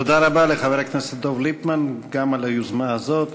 תודה רבה לחבר הכנסת דב ליפמן, גם על היוזמה הזאת,